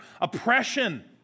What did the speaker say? oppression